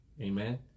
Amen